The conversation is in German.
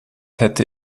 hätte